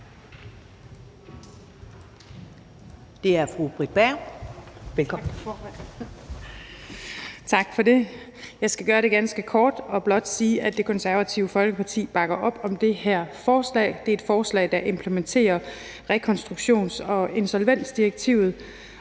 (Ordfører) Britt Bager (KF): Tak for det. Jeg skal gøre det ganske kort og blot sige, at Det Konservative Folkeparti bakker op om det her forslag. Det er et forslag, der implementerer rekonstruktions- og insolvensdirektivet.